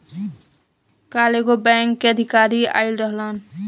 काल्ह एगो बैंक के अधिकारी आइल रहलन